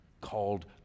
called